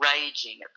raging